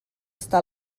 sta